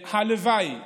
והלוואי,